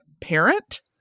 parent